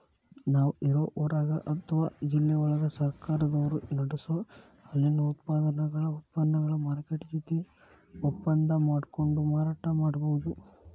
ನಾವ್ ಇರೋ ಊರಾಗ ಅತ್ವಾ ಜಿಲ್ಲೆವಳಗ ಸರ್ಕಾರದವರು ನಡಸೋ ಹಾಲಿನ ಉತ್ಪನಗಳ ಮಾರ್ಕೆಟ್ ಜೊತೆ ಒಪ್ಪಂದಾ ಮಾಡ್ಕೊಂಡು ಮಾರಾಟ ಮಾಡ್ಬಹುದು